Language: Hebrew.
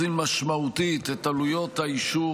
התיקון המוצע יוזיל משמעותית את עלויות האישור,